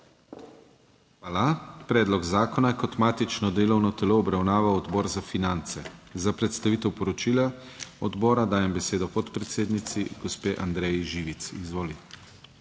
Hvala. Predlog zakona je kot matično delovno telo obravnaval Odbor za finance, za predstavitev poročila odbora dajem besedo podpredsednici, gospe Andreji Živic. Izvoli.